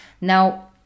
Now